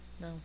No